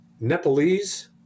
Nepalese